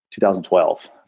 2012